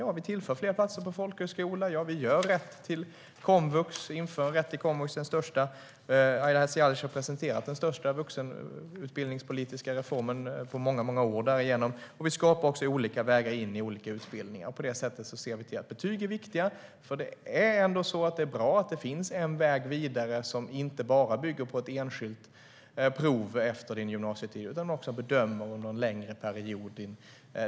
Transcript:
Jo, vi tillför fler platser på folkhögskolor. Vi inför rätt till komvux - den största vuxenutbildningsreformen på många år - som Aida Hadzialic har presenterat. Vi skapar också olika vägar in i olika utbildningar. På det sättet ser vi till att betyg är viktiga. Det är bra att det finns en väg vidare som inte bara bygger på ett enskilt prov. Det blir också en bedömning av kunskaper och färdigheter under en längre period.